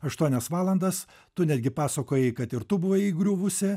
aštuonias valandas tu netgi pasakojai kad ir tu buvai įgriuvusi